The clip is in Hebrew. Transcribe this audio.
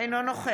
אינו נוכח